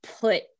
put